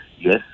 Yes